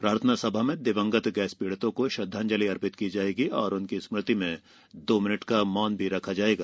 प्रार्थना सभा में दिवंगत गैस पीड़ितों को श्रद्धांजलि अर्पित की जायेगी और उनकी स्मृति में दो मिनिट का मौन भी रखा जाएगा